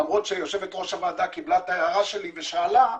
למרות שיושבת-ראש הוועדה קיבלה את הערה שלי ושאלה,